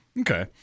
Okay